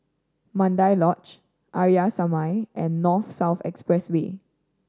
Mandai Lodge Arya Samaj and North South Expressway